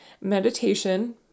meditation